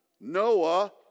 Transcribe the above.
Noah